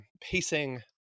pacing